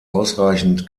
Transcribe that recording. ausreichend